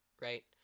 Right